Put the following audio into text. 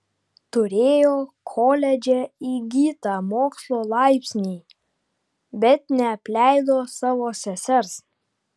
turėjo koledže įgytą mokslo laipsnį bet neapleido savo sesers